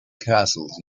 castles